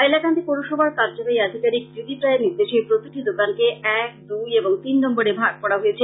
হাইলাকান্দি পৌরসভার কার্য্যবাহী আধিকারীক ত্রিদিব রায়ের নির্দেশে প্রতিটি দোকানকে এক দুই এবং তিন নম্বরে ভাগ করা হয়েছে